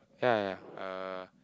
yeah yeah yeah uh